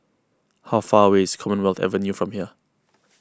how far away is Commonwealth Avenue from here